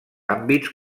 àmbits